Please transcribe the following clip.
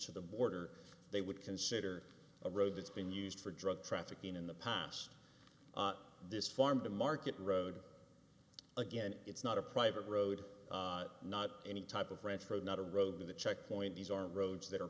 to the border they would consider a road that's been used for drug trafficking in the past this farm to market road again it's not a private road not any type of ranch road not a road to the checkpoint these are roads that are